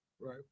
Right